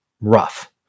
rough